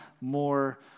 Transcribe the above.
more